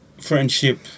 friendship